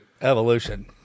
Evolution